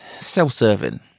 self-serving